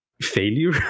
failure